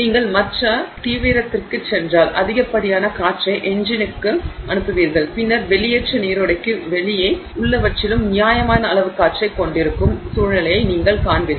நீங்கள் மற்ற தீவிரத்திற்குச் சென்றால் அதிகப்படியான காற்றை என்ஜினுக்கு இயந்திரம் அனுப்புவீர்கள் பின்னர் வெளியேற்ற நீரோடைக்கு வெளியே உள்ளவற்றிலும் நியாயமான அளவு காற்றைக் கொண்டிருக்கும் சூழ்நிலையை நீங்கள் காண்பீர்கள்